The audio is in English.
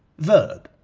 verb.